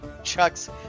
Chucks